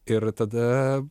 ir tada